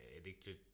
addicted